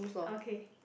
okay